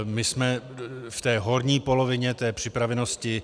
My jsme v té horní polovině připravenosti.